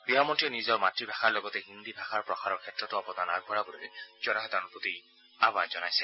গৃহমন্ৰীয়ে নিজৰ মাতৃভাষাৰ লগতে হিন্দী ভাষাৰ প্ৰসাৰৰ ক্ষেত্ৰতো অৱদান আগবঢ়াবলৈ জনসাধাৰণৰ প্ৰতি আহ্বান জনাইছে